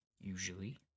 Usually